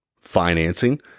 financing